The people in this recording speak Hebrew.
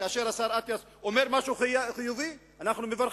כאשר השר אטיאס אומר משהו חיובי אנחנו מברכים.